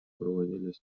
проводились